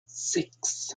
six